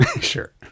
sure